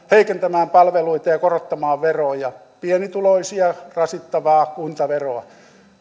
heikentämään palveluita ja korottamaan veroja pienituloisia rasittavaa kuntaveroa